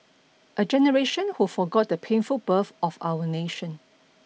a generation who forgot the painful birth of our nation